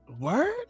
Word